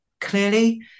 clearly